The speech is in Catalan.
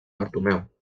bartomeu